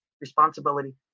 responsibility